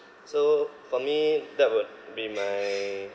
so for me that would be my